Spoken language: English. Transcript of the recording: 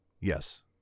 Yes